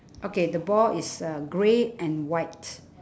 okay the ball is uh grey and white